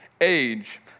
age